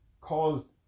caused